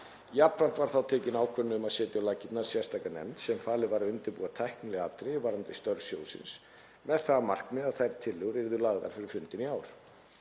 Jafnframt var þá tekin ákvörðun um að setja á laggirnar sérstaka nefnd sem falið var að undirbúa tæknileg atriði varðandi störf sjóðsins með það að markmiði að þær tillögur yrðu lagðar fyrir fundinn í ár.